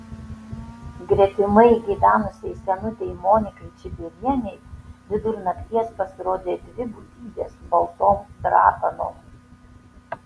gretimai gyvenusiai senutei monikai čibirienei vidur nakties pasirodė dvi būtybės baltom drapanom